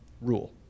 rule